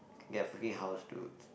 get a freaking house dude